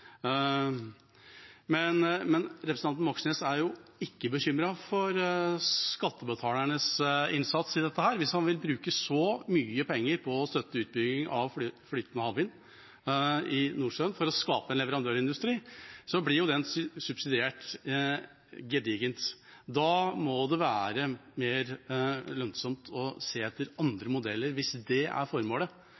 Men representanten Moxnes er jo ikke bekymret for skattebetalernes innsats i dette. Hvis han vil bruke så mye penger på å støtte utbyggingen av flytende havvind i Nordsjøen for å skape en leverandørindustri, blir jo den subsidiert gedigent. Det må være mer lønnsomt å se etter